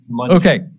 Okay